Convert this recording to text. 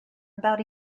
about